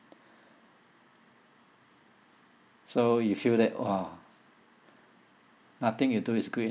so you feel that !wah! nothing you do is good